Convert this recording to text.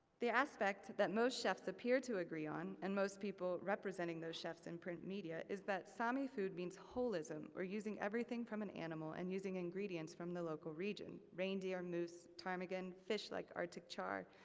the aspect that most chefs appear to agree on, and most people representing those chefs in print media, is that sami food means holism, or using everything from an animal, and using ingredients from the local region, reindeer, moose, ptarmigan, fish like arctic char,